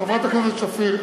חברת הכנסת שפיר,